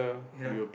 ya